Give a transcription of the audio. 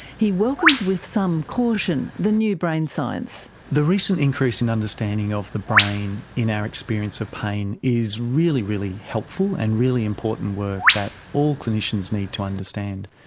he welcomes with some caution the new brain science. the recent increase in understanding of the brain in our experience of pain is really, really helpful and really important work that all clinicians need to understand.